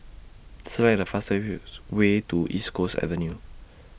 Select The fastest Way to East Coast Avenue